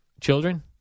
Children